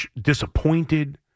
disappointed